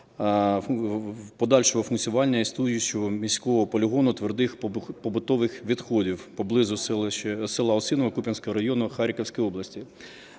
подальшого функціонування існуючого міського полігону твердих побутових відходів поблизу села Осиново Куп'янського району Харківської області.